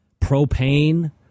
propane